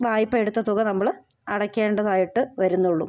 വായ്പ എടുത്ത തുക നമ്മൾ അടയ്ക്കേണ്ടതായിട്ട് വരുന്നുള്ളൂ